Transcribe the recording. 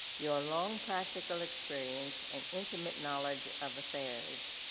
your long practical experience and intimate knowledge of affairs,